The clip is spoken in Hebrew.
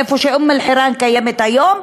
איפה שאום-אלחיראן קיימת היום,